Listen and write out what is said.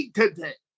today